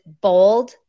bold